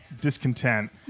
discontent